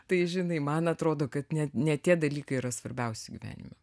tai žinai man atrodo kad ne ne tie dalykai yra svarbiausi gyvenime